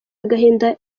agahinda